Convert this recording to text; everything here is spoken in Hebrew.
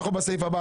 אנחנו בסעיף הבא.